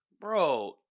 bro